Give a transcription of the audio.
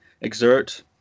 exert